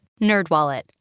NerdWallet